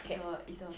cat